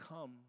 come